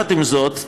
עם זאת,